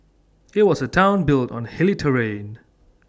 IT was A Town built on hilly terrain